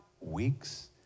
weeks